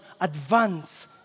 advance